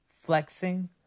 flexing